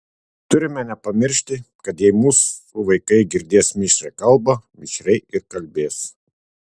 turime nepamiršti kad jei mūsų vaikai girdės mišrią kalbą mišriai ir kalbės